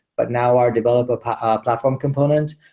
but now our develop ah ah platform components,